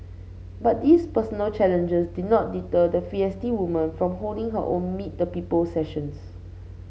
but these personal challenges did not deter the feisty woman from holding her own meet the people sessions